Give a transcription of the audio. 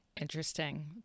Interesting